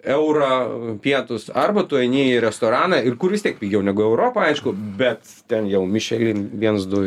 eurą pietus arba tu eini į restoraną ir kur vis tiek pigiau negu europa aišku bet ten jau michelin viens du